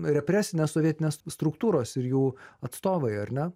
represinės sovietinės struktūros ir jų atstovai ar ne